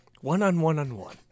One-on-one-on-one